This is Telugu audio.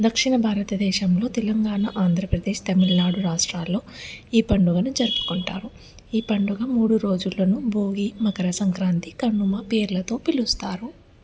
దక్షిణ భారతదేశంలో తెలంగాణ ఆంధ్రప్రదేశ్ తమిళనాడు రాష్ట్రాల్లో ఈ పండుగను జరుపుకుంటారు ఈ పండుగ మూడు రోజులను భోగి మకర సంక్రాంతి కనుమ పేర్లతో పిలుస్తారు